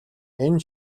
энэ